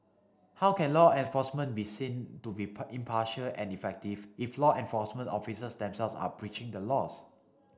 how can law enforcement be seen to be impartial and effective if law enforcement officers themselves are breaching the laws